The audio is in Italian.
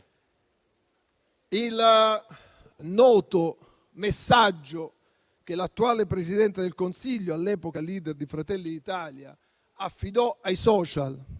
il noto messaggio che l'attuale Presidente del Consiglio, all'epoca *leader* di Fratelli d'Italia, affidò ai *social*